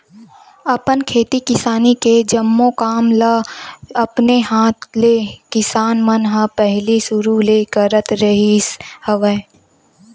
अपन खेती किसानी के जम्मो काम ल अपने हात ले किसान मन ह पहिली सुरु ले करत रिहिस हवय